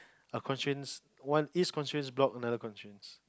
a constraints one is constraints block another constraints